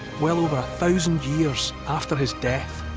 well over a thousand years after his death.